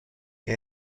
che